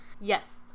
Yes